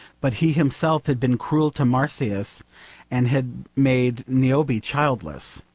but he himself had been cruel to marsyas and had made niobe childless.